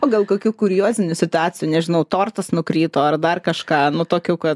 o gal kokių kuriozinių situacijų nežinau tortas nukrito ar dar kažką nu tokių kad